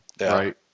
right